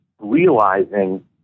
realizing